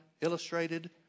illustrated